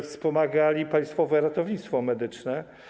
Wspomagali także Państwowe Ratownictwo Medyczne.